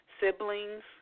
siblings